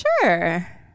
sure